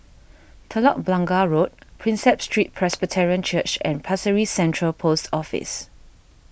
Telok Blangah Road Prinsep Street Presbyterian Church and Pasir Ris Central Post Office